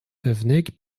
favennec